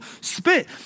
spit